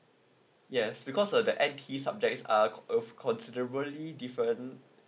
yes because uh the N_T subjects are of considerably different